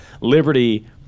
Liberty